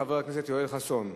חבר הכנסת יואל חסון,